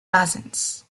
dozens